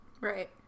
Right